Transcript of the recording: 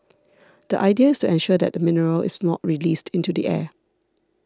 the idea is to ensure that the mineral is not released into the air